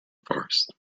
forest